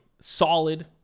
Solid